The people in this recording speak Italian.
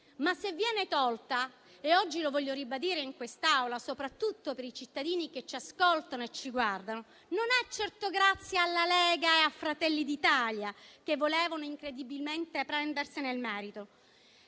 Se però viene tolta - e oggi lo voglio ribadire in quest'Aula, soprattutto per i cittadini che ci ascoltano e ci guardano - non è certo grazie alla Lega e a Fratelli d'Italia, che volevano incredibilmente prendersene il merito.